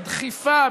בדחיפה,